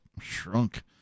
shrunk